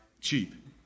Cheap